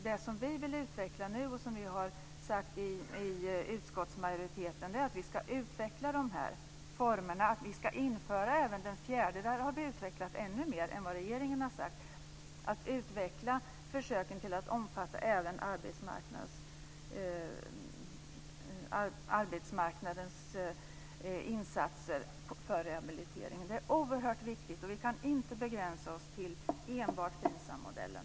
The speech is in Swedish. Det som vi vill utveckla nu och som vi i utskottsmajoriteten har sagt är att vi ska utveckla försöken till att omfatta även arbetsmarknadens insatser för rehabilitering. Det är oerhört viktigt. Vi kan inte begränsa oss till enbart Finsammodellen.